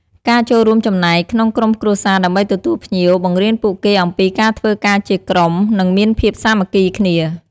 ការចូលរួមចំណែកក្នុងក្រុមគ្រួសារដើម្បីទទួលភ្ញៀវ បង្រៀនពួកគេអំពីការធ្វើការជាក្រុម និងមានភាពសាមគ្គីគ្នា។